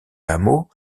hameau